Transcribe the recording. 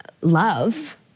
love